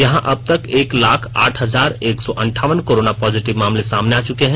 यहां अबतक एक लाख आठ हजार एक सौ अंठावन कोरोना पॉजिटिव मामले सामने आ चुके हैं